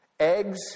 Eggs